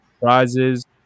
prizes